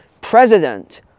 president